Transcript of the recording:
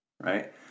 Right